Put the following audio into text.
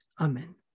Amen